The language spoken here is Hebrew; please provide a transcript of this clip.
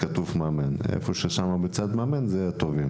כתובים המאמנים.